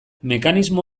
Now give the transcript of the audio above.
mekanismo